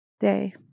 day